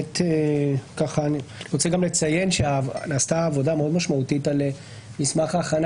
אני רוצה לציין שנעשתה עבודה מאוד משמעותית על מסמך ההכנה